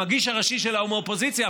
המגיש הראשי שלה הוא מהאופוזיציה,